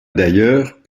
d’ailleurs